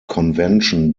convention